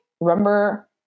remember